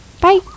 Bye